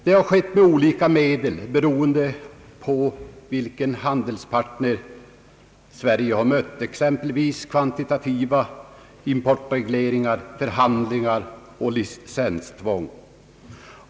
Man har tillgripit olika medel, beroende på vilken handelspartner Sverige har mött, t.ex. kvantitativa importregleringar, förhandlingar och licenstvång.